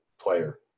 player